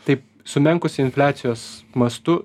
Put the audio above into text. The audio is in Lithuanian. taip sumenkusi infliacijos mastu